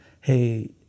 hey